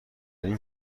این